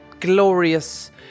Glorious